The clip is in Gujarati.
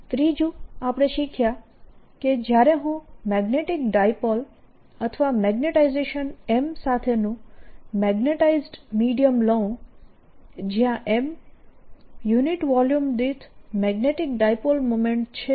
ત્રીજું આપણે શીખ્યા જ્યારે હું મેગ્નેટીક ડાયપોલ અથવા મેગ્નેટાઈઝેશન M સાથેનું મેગ્નેટાઈઝડ મીડિયમ લઉં જ્યાં M યુનિટ વોલ્યુમ દીઠ મેગ્નેટીક ડાયપોલ મોમેન્ટ છે